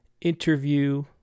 interview